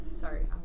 sorry